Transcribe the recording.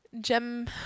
Gem